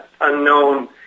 unknown